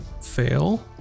Fail